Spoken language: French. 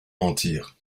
mentir